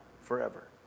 forever